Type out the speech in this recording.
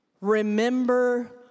remember